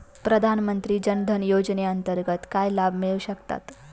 प्रधानमंत्री जनधन योजनेअंतर्गत काय लाभ मिळू शकतात?